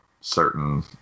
certain